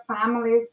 families